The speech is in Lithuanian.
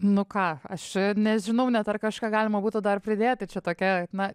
nu ką aš nežinau net ar kažką galima būtų dar pridėti čia tokia na